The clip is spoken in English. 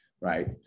right